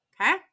okay